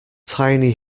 tiny